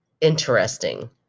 interesting